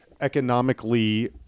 economically